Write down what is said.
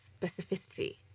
specificity